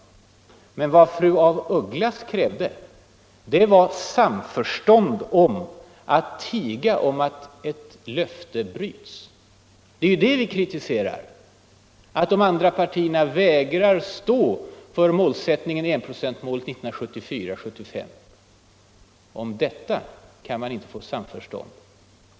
Men vad fru af Ugglas krävde var samförstånd om att tiga om att ett löfte bryts. Det är det vi kritiserar: att de andra partierna vägrar stå för målsättningen av enprocentsmålet skulle vara uppnått 1974/75. Om detta kan man inte få samförstånd.